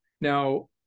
Now